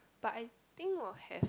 but I think will have